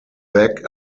back